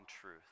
truth